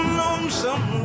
lonesome